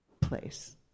place